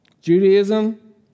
Judaism